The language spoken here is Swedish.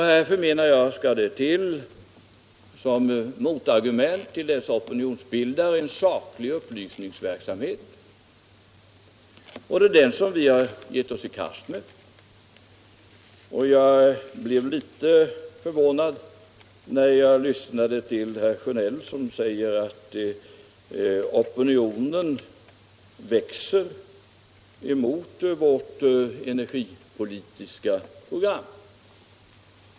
Därför menar jag att det skall till saklig upplysningsverksamhet som motargument. Det är denna upplysningsverksamhet som vi har gett oss i kast med. Jag blev litet förvånad när jag lyssnade till herr Sjönell och han sade att opinionen växer mot vårt energipolitiska program.